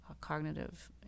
cognitive